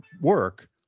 work